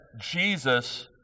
Jesus